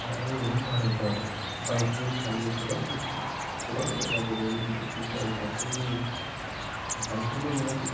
आङो भारतआव बाइक जों थांनो गोबां गोसो दं गोबां जायगा बेरायनो लुबैदों खिन्थु आं दासिमबो थांफेरनो मोनाखै